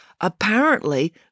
Apparently